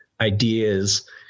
ideas